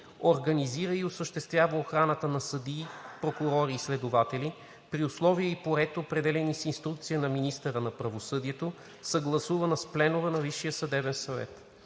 организира и осъществява охраната на съдии, прокурори и следователи – при условия и по ред, определени с инструкция на министъра на правосъдието, съгласувана с пленума на Висшия съдебен съвет;“